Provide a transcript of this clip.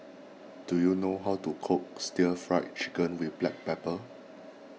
do you know how to cook Stir Fried Chicken with Black Pepper